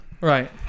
Right